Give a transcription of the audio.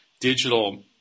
digital